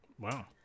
Wow